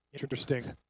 Interesting